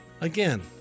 Again